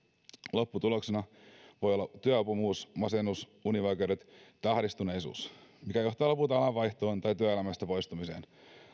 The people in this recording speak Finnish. lopputuloksena voi olla työuupumus masennus univaikeudet tai ahdistuneisuus jotka johtavat lopulta alan vaihtoon tai työelämästä poistumiseen